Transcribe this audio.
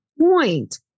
point